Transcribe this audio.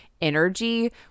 energy